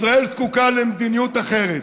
ישראל זקוקה למדיניות אחרת,